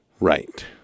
right